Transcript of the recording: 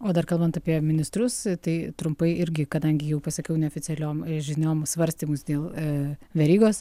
o dar kalbant apie ministrus tai trumpai irgi kadangi jau pasakiau neoficialiom žiniom svarstymus dėl verygos